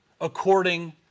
according